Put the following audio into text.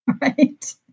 Right